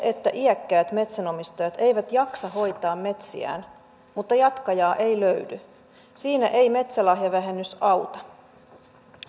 että iäkkäät metsänomistajat eivät jaksa hoitaa metsiään mutta jatkajaa ei löydy siinä ei metsälahjavähennys auta